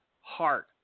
heart